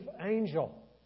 angel